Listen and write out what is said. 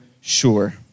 sure